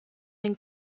den